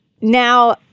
Now